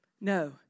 No